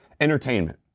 Entertainment